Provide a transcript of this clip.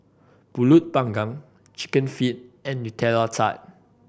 Pulut Panggang Chicken Feet and Nutella Tart